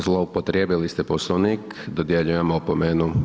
Zloupotrijebili ste Poslovnik, dodjeljujem opomenu.